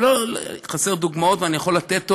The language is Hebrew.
ולא חסר דוגמאות, ואני יכול לתת עוד.